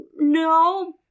no